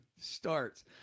starts